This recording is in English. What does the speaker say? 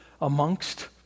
amongst